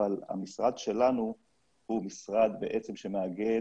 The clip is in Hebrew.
אבל המשרד שלנו הוא משרד שמאגד